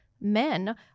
men